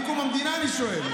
מקום המדינה אני שואל,